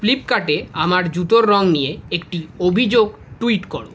ফ্লিপকার্টে আমার জুতোর রঙ নিয়ে একটি অভিযোগ টুইট করো